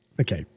Okay